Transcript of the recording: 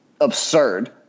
absurd